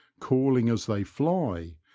calling as they fly,